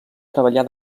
treballar